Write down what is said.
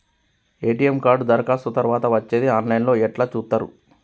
ATM card దరఖాస్తు తరువాత వచ్చేది ఆన్ లైన్ లో ఎట్ల చూత్తరు?